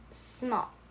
small